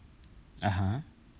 (uh huh)